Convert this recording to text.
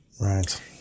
right